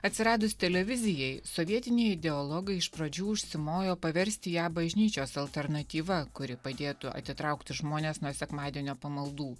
atsiradus televizijai sovietiniai ideologai iš pradžių užsimojo paversti ją bažnyčios alternatyva kuri padėtų atitraukti žmones nuo sekmadienio pamaldų